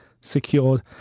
secured